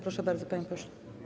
Proszę bardzo, panie pośle.